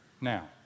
now